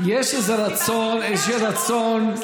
בלי האשמות.